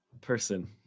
person